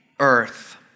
earth